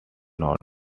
not